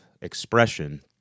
expression